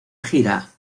gira